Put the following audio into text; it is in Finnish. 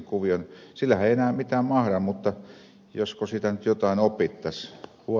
sillehän ei enää mitään mahda mutta josko siitä nyt jotain opittaisiin